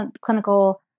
clinical